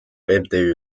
mtü